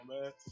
man